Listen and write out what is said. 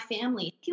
family